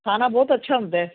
ਖਾਣਾ ਬਹੁਤ ਅੱਛਾ ਹੁੰਦਾ